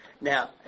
Now